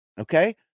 Okay